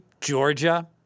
Georgia